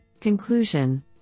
Conclusion